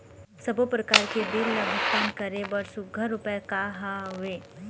सबों प्रकार के बिल ला भुगतान करे बर सुघ्घर उपाय का हा वे?